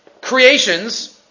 creations